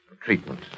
Treatment